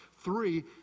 Three